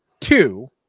two